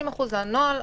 50% זה הנוהל,